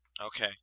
Okay